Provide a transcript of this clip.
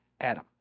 Adam